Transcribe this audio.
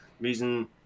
reason